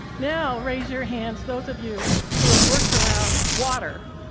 now raise your hands, those of you who have worked around water.